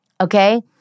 Okay